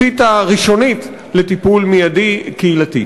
תשתית ראשונית לטיפול מיידי קהילתי.